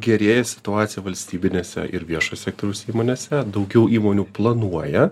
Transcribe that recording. gerėja situacija valstybinėse ir viešo sektoriaus įmonėse daugiau įmonių planuoja